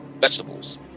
vegetables